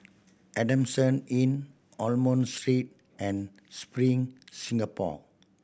Adamson Inn Almond Street and Spring Singapore